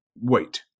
wait